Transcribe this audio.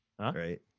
Right